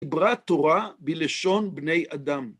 עברה תורה בלשון בני אדם.